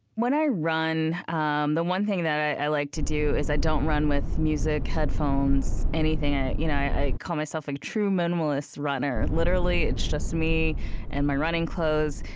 when i run, um the one thing that i like to do is, i don't run with music, headphones, anything i you know i call myself a true minimalist runner. literally, it's just me and my running clothes.